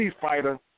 fighter